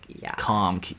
calm